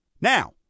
Now